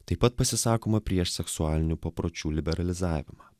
taip pat pasisakoma prieš seksualinių papročių liberalizavimą